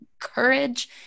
courage